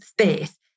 space